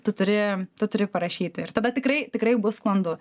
tu turi tu turi parašyti ir tada tikrai tikrai bus sklandu